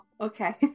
okay